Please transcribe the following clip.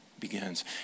begins